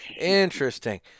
Interesting